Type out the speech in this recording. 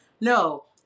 no